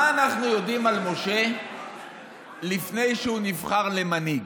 מה אנחנו יודעים על משה לפני שהוא נבחר למנהיג?